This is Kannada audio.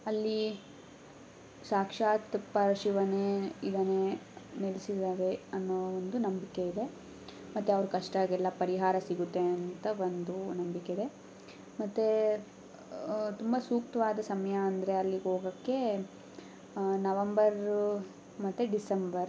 ಅಲ್ಲಿ ಸಾಕ್ಷಾತ್ ಪರಶಿವನೇ ಇದ್ದಾನೆ ನೆಲೆಸಿದ್ದಾರೆ ಅನ್ನೋ ಒಂದು ನಂಬಿಕೆ ಇದೆ ಮತ್ತೆ ಅವ್ರ ಕಷ್ಟಕ್ಕೆಲ್ಲ ಪರಿಹಾರ ಸಿಗುತ್ತೆ ಅಂತ ಒಂದು ನಂಬಿಕೆ ಇದೆ ಮತ್ತೆ ತುಂಬ ಸೂಕ್ತವಾದ ಸಮಯ ಅಂದರೆ ಅಲ್ಲಿಗೆ ಹೋಗೋಕೆ ನವಂಬರು ಮತ್ತು ಡಿಸೆಂಬರ್